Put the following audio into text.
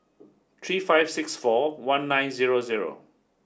three five six four one nine zero zero